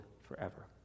forever